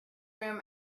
room